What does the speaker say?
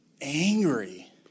angry